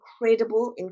incredible